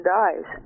dies